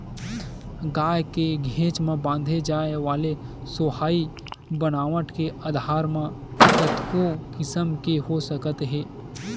गाय के घेंच म बांधे जाय वाले सोहई बनावट के आधार म कतको किसम के हो सकत हे